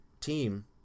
team